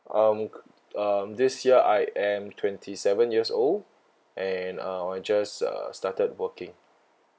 um um this year I am twenty seven years old and uh I've just uh started working